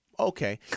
Okay